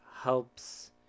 helps